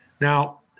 Now